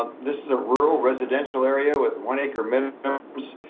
this is a rural residential area with one acre minimums,